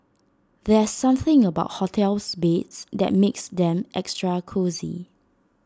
there's something about hotels beds that makes them extra cosy